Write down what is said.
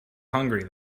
hungry